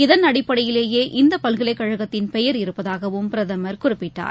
இதன் அடிப்படையிலேயே இந்தபல்கலைக்கழகத்தின் பெயர் இருப்பதாகவும் பிரதமர் குறிப்பிட்டார்